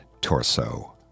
Torso